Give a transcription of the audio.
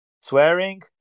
swearing